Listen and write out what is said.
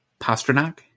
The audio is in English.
Pasternak